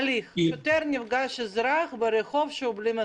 את ההליך שקורה כששוטר נפגש ברחוב עם אזרח בלי מסכה.